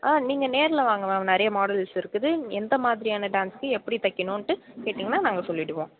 ஆ நீங்கள் நேரில் வாங்க மேம் நிறையா மாடல்ஸ் இருக்குது எந்த மாதிரியான டான்ஸுக்கு எப்படி தைக்கினுன்ட்டு கேட்டீங்கன்னால் நாங்கள் சொல்லிவிடுவோம்